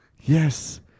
Yes